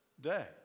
day